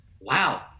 wow